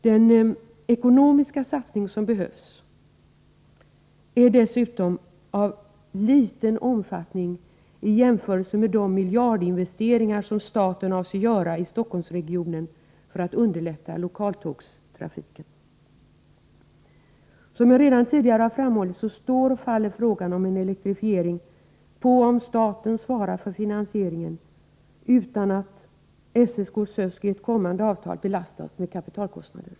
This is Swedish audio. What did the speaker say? Den erforderliga ekonomiska satsningen är dessutom av liten omfattning i jämförelse med de miljardinvesteringar staten avser göra i Stockholmsregionen för att underlätta lokaltågstrafiken. Som jag redan tidigare framhållit står och faller frågan om en elektrifiering med om staten svarar för finansieringen, utan att SSK och SÖSK i ett kommande avtal belastas med kapitalkostnader.